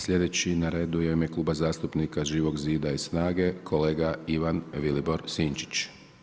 Slijedeći na redu je u ime Kluba zastupnika Živog zida i SNAGA-e, kolega Ivan Vilibor Sinčić.